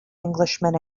englishman